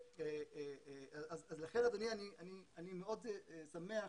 לכן, אדוני, אני מאוד שמח